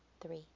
three